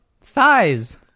thighs